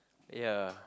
ya